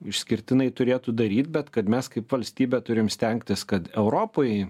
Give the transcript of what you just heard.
išskirtinai turėtų daryt bet kad mes kaip valstybė turim stengtis kad europoj